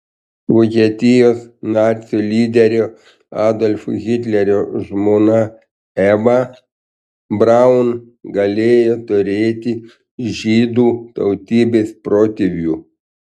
vokietijos nacių lyderio adolfo hitlerio žmona eva braun galėjo turėti žydų tautybės protėvių